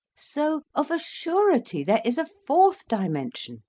so of a surety there is a fourth dimension,